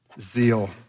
Zeal